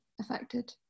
affected